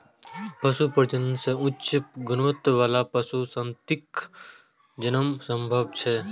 पशु प्रजनन सं उच्च गुणवत्ता बला पशु संततिक जन्म संभव छै